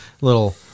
Little